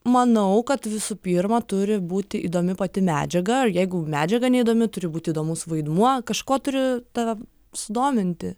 manau kad visų pirma turi būti įdomi pati medžiaga ir jeigu medžiaga neįdomi turi būt įdomus vaidmuo kažkuo turi tave sudominti